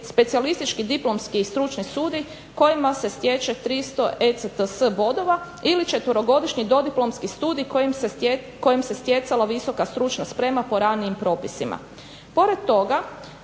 specijalistički diplomski i stručni studij kojima se stječe 300 ECTS bodova ili četverogodišnji dodiplomski studij kojim se stjecala visoka stručna sprema po ranijim propisima. Pored toga,